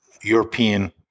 European